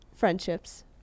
Friendships